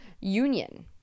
Union